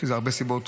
יש לזה הרבה סיבות,